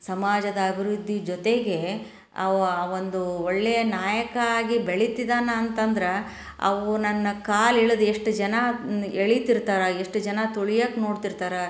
ಸಮಾಜದ ಅಭಿವೃದ್ಧಿ ಜೊತೆಗೆ ಅವು ಒಂದು ಒಳ್ಳೆಯ ನಾಯಕ ಆಗಿ ಬೆಳಿತಿದಾನೆ ಅಂತಂದ್ರೆ ಅವು ನನ್ನ ಕಾಲು ಎಳ್ದ್ ಎಷ್ಟು ಜನ ಎಳೀತಿರ್ತಾರೆ ಎಷ್ಟು ಜನ ತುಳಿಯಕ್ಕೆ ನೋಡ್ತಿರ್ತಾರೆ